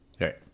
Right